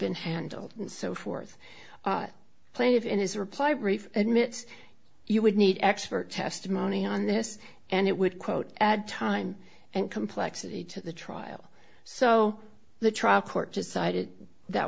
been handled and so forth plaintive in his reply brief admits you would need expert testimony on this and it would quote add time and complexity to the trial so the t